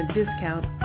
discount